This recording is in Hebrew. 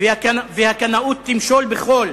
והקנאות תמשול בכול.